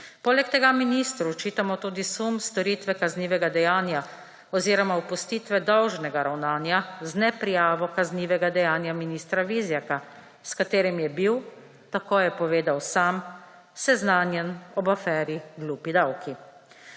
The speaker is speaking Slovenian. Poleg tega ministru očitamo tudi sum storitve kaznivega dejanja oziroma opustitve dolžnega ravnanja z neprijavo kaznivega dejanja ministra Vizjaka, s katerim je bil, tako je povedal sam, seznanjen ob aferi Glupi davki.